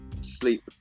sleep